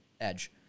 Edge